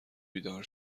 بیدار